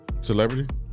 Celebrity